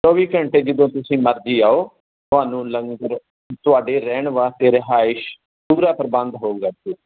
ਚੌਵੀ ਘੰਟੇ ਜਿੱਦਾ ਤੁਸੀਂ ਮਰਜੀ ਆਓ ਤੁਹਾਨੂੰ ਲੰਗਰ ਤੁਹਾਡੇ ਰਹਿਣ ਵਾਸਤੇ ਰਿਹਾਇਸ਼ ਪੂਰਾ ਪ੍ਰਬੰਧ ਹੋਊਗਾ ਇੱਥੇ